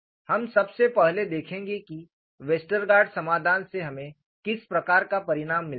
हम सबसे पहले देखेंगे कि वेस्टरगार्ड समाधान से हमें किस प्रकार का परिणाम मिलता है